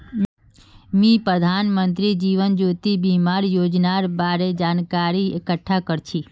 मी प्रधानमंत्री जीवन ज्योति बीमार योजनार बारे जानकारी इकट्ठा कर छी